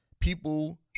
people